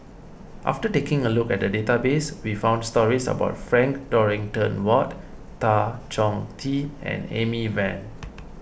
after taking a look at the database we found stories about Frank Dorrington Ward Tan Chong Tee and Amy Van